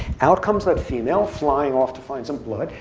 out comes that female flying off to find some blood,